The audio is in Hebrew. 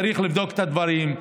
צריך לבדוק את הדברים.